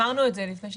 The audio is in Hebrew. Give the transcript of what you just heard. אמרנו את זה לפני שהגעת.